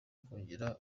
kongera